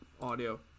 audio